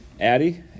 Addie